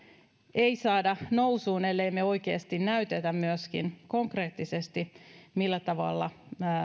ei saada nousuun ellemme me oikeasti näytä myöskin konkreettisesti millä tavalla